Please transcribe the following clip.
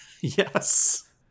Yes